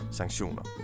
sanktioner